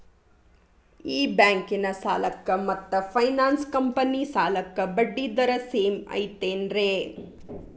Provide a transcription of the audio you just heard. ಈ ಬ್ಯಾಂಕಿನ ಸಾಲಕ್ಕ ಮತ್ತ ಫೈನಾನ್ಸ್ ಕಂಪನಿ ಸಾಲಕ್ಕ ಬಡ್ಡಿ ದರ ಸೇಮ್ ಐತೇನ್ರೇ?